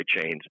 chains